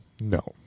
No